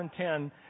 2010